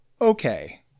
okay